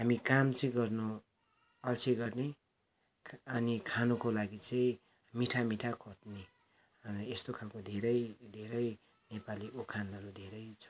हामी काम चाहिँ गर्नु अल्छि गर्ने अनि खानुको लागि चाहिँ मिठा मिठा खोज्ने यस्तो खालको धेरै धेरै नेपाली उखानहरू धेरै छ